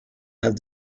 have